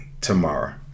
tomorrow